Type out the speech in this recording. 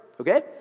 okay